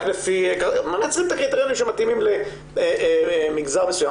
רק לפי מייצרים את הקריטריונים שמתאימים למגזר מסוים